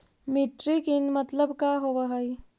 Metric tonne मतलब का होव हइ?